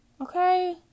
Okay